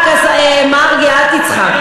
אל תצחק, מרגי, אל תצחק.